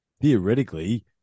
theoretically